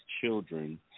children